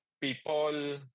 people